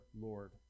Lord